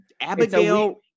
Abigail